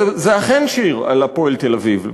זה אכן שיר על "הפועל תל-אביב",